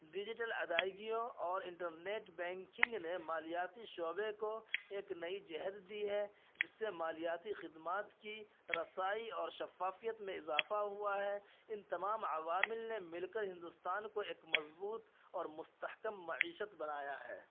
digital ادائیگیوں اور internet banking نے مالیاتی شعبے کو ایک نئی جہت دی ہے جس سے مالیاتی خدمات کی رسائی اور شفافیت میں اضافہ ہوا ہے ان تمام عوامل نے مل کر ہندوستان کو ایک مضبوط اور مستحکم معیشت بنایا ہے